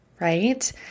right